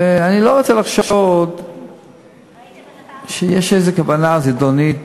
ואני לא רוצה לחשוד שיש איזה כוונה זדונית